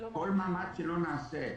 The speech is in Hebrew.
כל מאמץ שלא נעשה,